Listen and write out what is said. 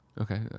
Okay